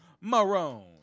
Maroon